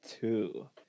two